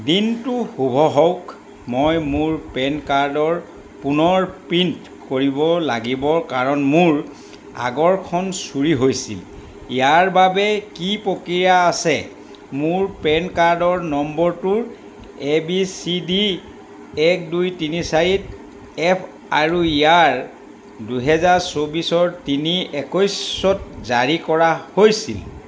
দিনটো শুভ হওক মই মোৰ পেন কাৰ্ডৰ পুনৰ প্ৰিণ্ট কৰিব লাগিব কাৰণ মোৰ আগৰখন চুৰি হৈছিল ইয়াৰ বাবে কি প্ৰক্ৰিয়া আছে মোৰ পেন কাৰ্ডৰ নম্বৰটো এ বি চি ডি এক দুই তিনি চাৰি এফ আৰু ইয়াৰ দুই হাজাৰ চৌবিছৰ তিনি একৈছত জাৰী কৰা হৈছিল